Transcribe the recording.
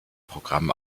programm